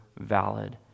valid